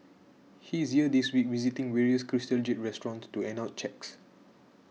he is here this week visiting various Crystal Jade restaurants to hand out cheques